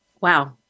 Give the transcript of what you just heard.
Wow